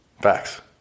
Facts